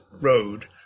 road